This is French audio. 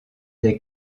des